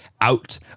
out